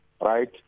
right